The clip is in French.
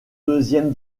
deuxième